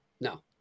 No